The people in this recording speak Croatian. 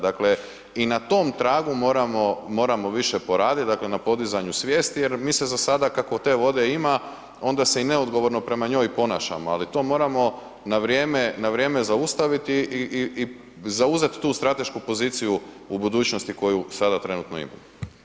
Dakle i na tom tragu moramo više poraditi na podizanju svijesti jer mi se za sada kako te vode ima onda se i neodgovorno prema njoj i ponašamo, ali to moramo na vrijeme zaustaviti i zauzeti tu stratešku poziciju u budućnosti koju sada trenutno imamo.